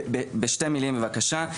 בשתי מלים בבקשה.